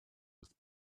with